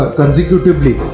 consecutively